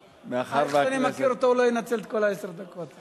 מאחר שאני מכיר אותו, הוא לא ינצל את עשר הדקות.